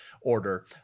order